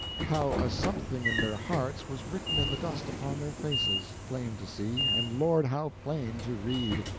how a something in their hearts was written in the dust upon their faces, plain to see, and lord, how plain to read!